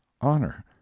honor